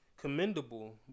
commendable